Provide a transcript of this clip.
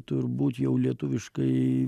turbūt jau lietuviškai